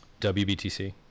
WBTC